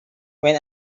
when